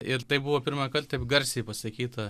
ir tai buvo pirmąkart taip garsiai pasakyta